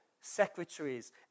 secretaries